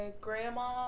grandma